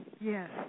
Yes